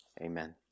Amen